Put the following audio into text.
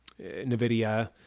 NVIDIA